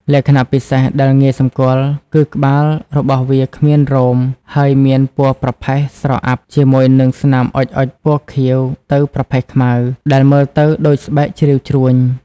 លក្ខណៈពិសេសដែលងាយសម្គាល់គឺ ក្បាលរបស់វាគ្មានរោម ហើយមានពណ៌ប្រផេះស្រអាប់ ជាមួយនឹងស្នាមអុចៗពណ៌ខៀវទៅប្រផេះខ្មៅ ដែលមើលទៅដូចស្បែកជ្រីវជ្រួញ។